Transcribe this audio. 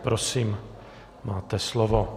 Prosím, máte slovo.